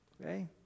Okay